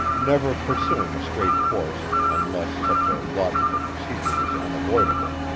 never pursuing a straight course unless such a logical procedure was unavoidable.